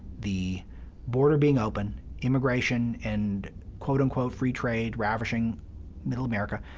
the border being open, immigration and quote unquote free trade ravishing middle america,